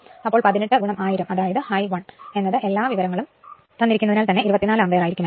അപ്പോൾ 18 1000 അതായത് I 1 എല്ലാ വിവരങ്ങളും തന്നിരിക്കുന്നതിനാൽ തന്നെ 24 അംപീയെർ ആയിരികുമലോ